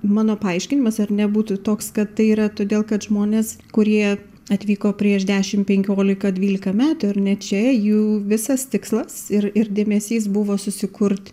mano paaiškinimas ar ne būtų toks kad tai yra todėl kad žmonės kurie atvyko prieš dešimt penkiolika dvylika metų ar ne čia jų visas tikslas ir ir dėmesys buvo susikurt